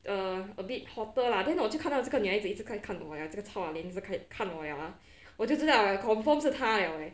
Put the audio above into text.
err a bit hotter lah then 我就看到这个女孩子一直在看我 liao 这个 chao ah lian 一直看我我 liao ah 我就知道了 confirm 是他 liao leh